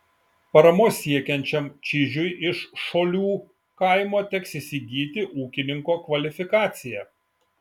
paramos siekiančiam čižiui iš šolių kaimo teks įsigyti ūkininko kvalifikaciją